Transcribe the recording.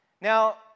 Now